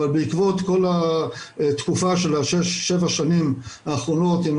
אבל בעקבות כל התקופה של שש-שבע השנים האחרונות עם